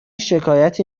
شکایتی